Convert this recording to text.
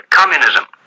communism